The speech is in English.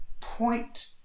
point